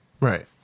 right